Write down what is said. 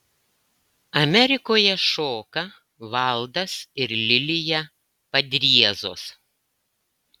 amerikoje šoka valdas ir lilija padriezos